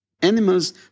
animals